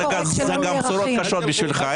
זה גם בשורות קשות בשבילך.